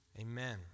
Amen